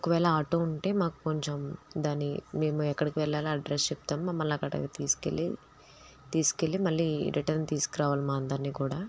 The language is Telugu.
ఒకవేళ ఆటో ఉంటే మాకు కొంచెం దాని మేము ఎక్కడికి వెళ్ళాలి అడ్రస్ చెప్తాము మమ్మల్ని అక్కడికి తీసుకెళ్ళి తీసుకెళ్ళి మళ్ళీ రిటన్ తీసుకురావాలి మా అందరిని కూడా